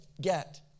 get